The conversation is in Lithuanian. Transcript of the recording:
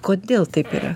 kodėl taip yra